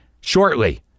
shortly